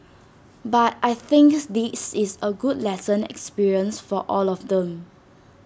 but I think this is A good lesson experience for all of them